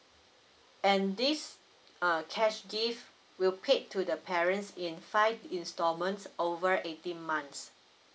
and this err cash gift will be paid to the parents in five instalments over eighteen months